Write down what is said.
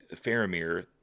Faramir